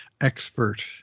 expert